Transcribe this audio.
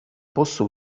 posso